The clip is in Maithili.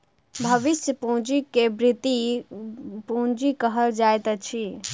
भविष्य पूंजी के वृति पूंजी कहल जाइत अछि